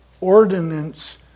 ordinance